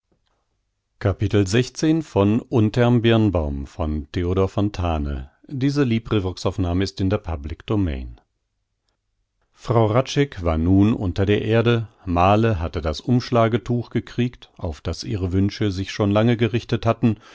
frau hradscheck war nun unter der erde male hatte das umschlagetuch gekriegt auf das ihre wünsche sich schon lange gerichtet hatten